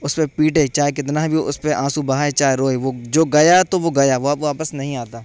اس پہ پیٹے چاہے کتنا بھی اس پہ آنسو بہائے چاہے روئے وہ جو گیا تو وہ گیا وہ اب واپس نہیں آتا